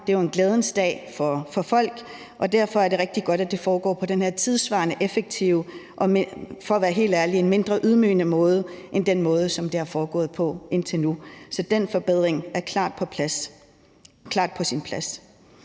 Det er jo en glædens dag for folk, og derfor er det rigtig godt, at det foregår på den her tidssvarende, effektive og – for at være helt ærlig – mindre ydmygende måde end den måde, som det er foregået på indtil nu. Så den forbedring er klart på sin plads.